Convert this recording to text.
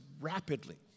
rapidly